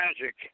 magic